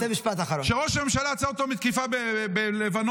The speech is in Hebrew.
שראש הממשלה עצר אותו מתקיפה בלבנון.